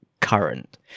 current